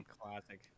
Classic